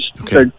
Okay